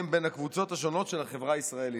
בין הקבוצות השונות של החברה הישראלית.